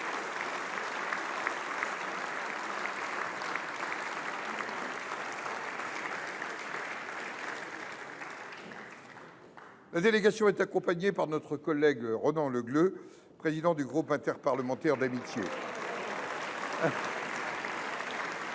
La délégation est accompagnée par notre collègue Ronan Le Gleut, président du groupe interparlementaire d’amitié France